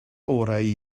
orau